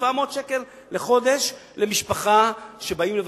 700 שקלים לחודש למשפחה שבאה לבקר.